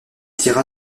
tira